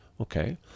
okay